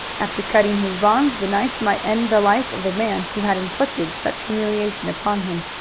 after cutting his bonds the knife might end the life of the man who had inflicted such humiliation upon him.